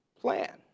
plan